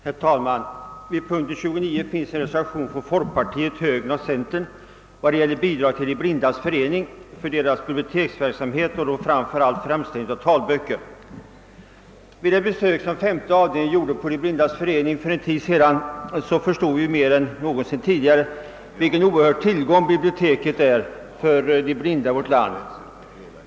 Herr talman! Vid punkten 29 finns en reservation från folkpartiet, högern och centern för bidrag till De blindas förening för biblioteksverksamhet och då speciellt för framställning av talböcker. Vid det besök som sstatsutskottets femte avdelning gjorde på De blindas förening för en tid sedan förstod vi mer än någonsin tidigare vilken oerhörd tillgång biblioteket är för de blinda i vårt land.